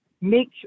make